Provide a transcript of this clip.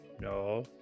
No